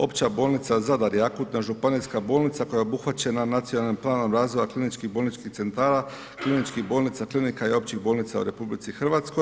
Opća bolnica Zadar je akutna županijska bolnica koja obuhvaćena Nacionalnim planom razvoja kliničkih bolničkih centara, kliničkih bolnica, klinika i općih bolnica u RH.